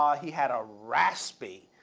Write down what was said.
ah he had a raspy,